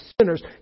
sinners